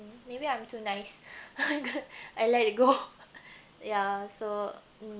maybe I'm too nice I like go ya so